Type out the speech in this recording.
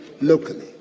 locally